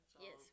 Yes